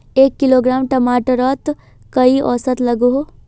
एक किलोग्राम टमाटर त कई औसत लागोहो?